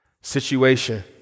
situation